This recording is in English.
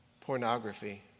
pornography